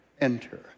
enter